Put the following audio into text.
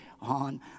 on